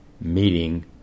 meeting